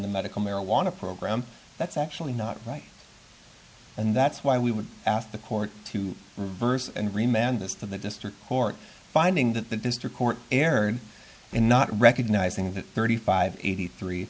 the medical marijuana program that's actually not right and that's why we asked the court to reverse and remand this to the district court finding that the district court erred in not recognizing that thirty five eighty three